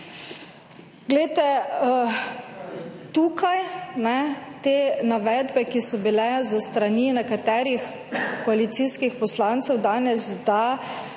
Glejte, tukaj ne te navedbe, ki so bile s strani nekaterih koalicijskih poslancev danes, da